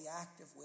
active